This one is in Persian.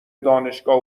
دانشگاه